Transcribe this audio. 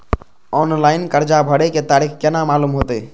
Online कर्जा भरे के तारीख केना मालूम होते?